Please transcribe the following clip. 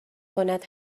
کند